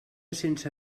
sense